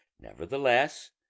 nevertheless